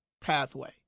pathway